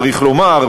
צריך לומר,